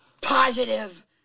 Positive